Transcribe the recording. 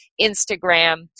Instagram